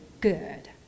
good